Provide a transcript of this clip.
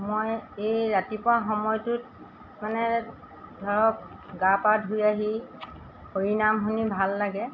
মই এই ৰাতিপুৱা সময়টোত মানে ধৰক গা পা ধুই আহি হৰিনাম শুনি ভাল লাগে